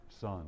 Son